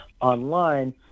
online